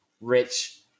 rich